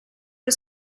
per